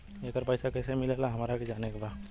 येकर पैसा कैसे मिलेला हमरा के जाने के बा?